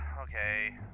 Okay